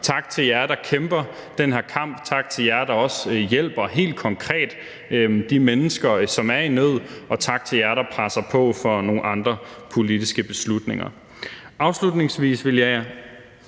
Tak til jer, der kæmper den her kamp, tak til jer, der også helt konkret hjælper de mennesker, som er i nød, og tak til jer, der presser på for nogle andre politiske beslutninger. Afslutningsvis vil jeg